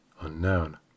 Unknown